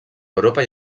europa